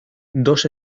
dos